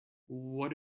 what